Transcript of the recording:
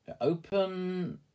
Open